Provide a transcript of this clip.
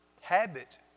habit